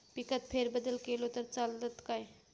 पिकात फेरबदल केलो तर चालत काय?